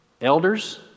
elders